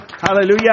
Hallelujah